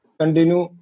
continue